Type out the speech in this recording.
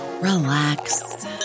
relax